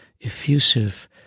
effusive